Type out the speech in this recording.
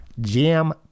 Jam